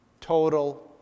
Total